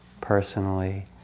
personally